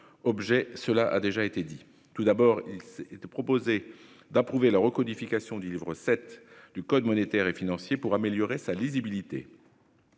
ont un double objet. Tout d'abord, il est proposé d'approuver la recodification du livre VII du code monétaire et financier pour améliorer sa lisibilité.